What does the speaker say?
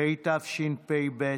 היום יום שני ט"ו בשבט התשפ"ב,